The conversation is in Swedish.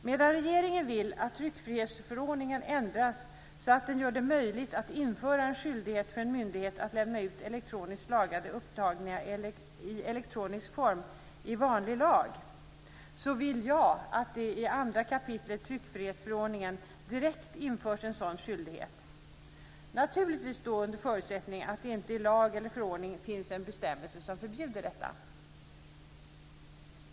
Medan regeringen vill att tryckfrihetsförordningen ändras så att den gör det möjligt att införa en skyldighet för en myndighet att lämna ut elektroniskt lagrade upptagningar i elektronisk form i vanlig lag vill jag att det i 2 kap. tryckfrihetsförordningen direkt införs en sådan skyldighet, naturligtvis under förutsättning att det inte i lag eller förordning finns en bestämmelse som förbjuder detta.